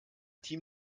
team